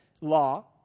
law